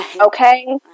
Okay